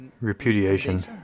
repudiation